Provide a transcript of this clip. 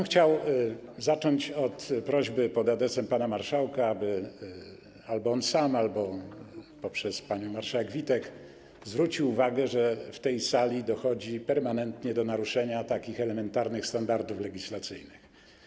Chciałbym zacząć od prośby pod adresem pana marszałka, aby albo on sam, albo pani marszałek Witek zwrócili uwagę, że w tej sali dochodzi permanentnie do naruszenia elementarnych standardów legislacyjnych.